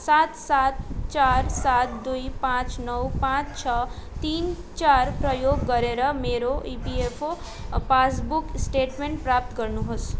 सात सात चार सात दुई पाँच नौ पाँच छ तिन चार प्रयोग गरेर मेरो इपिएफओ पासबुक स्टेटमेन्ट प्राप्त गर्नुहोस्